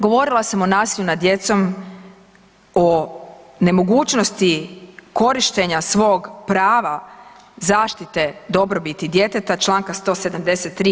Govorila sam o nasilju nad djecom, o nemogućnosti korištenja svog prava zaštite dobrobiti djeteta članka 173.